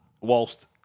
whilst